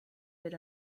been